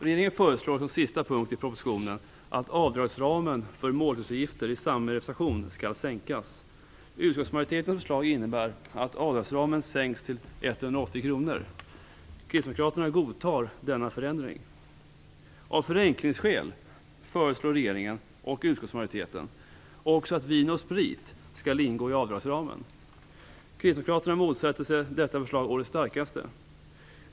Regeringen föreslår som en sista punkt i propositionen att avdragsramen för måltidsutgifter i samband med representation skall sänkas. Av förenklingsskäl föreslår regeringen och utskottsmajoriteten också att vin och sprit skall ingå i avdragsramen. Kristdemokraterna motsätter sig detta förslag å det starkaste.